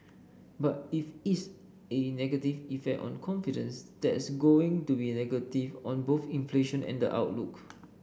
but if is a negative effect on confidence that's going to be negative on both inflation and outlook